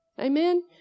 amen